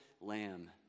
lamb